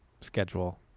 schedule